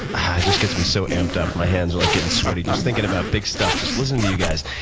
ah just gets me so amped up. my hands are like getting sweaty just thinking about big stuff just listening to you guys.